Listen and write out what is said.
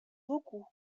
beaucoup